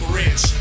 rich